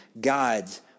God's